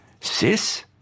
sis